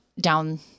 down